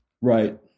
Right